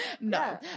no